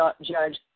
Judge